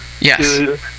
Yes